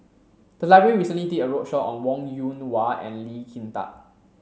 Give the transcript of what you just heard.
the library recently did a roadshow on Wong Yoon Wah and Lee Kin Tat